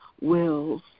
wills